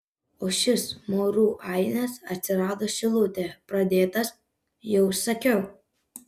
o šis maurų ainis atsirado šilutėje pradėtas jau sakiau